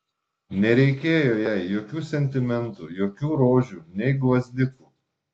nereikėjo jai jokių sentimentų jokių rožių nei gvazdikų